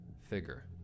figure